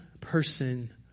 person